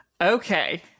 okay